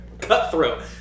Cutthroat